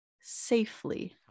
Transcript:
Safely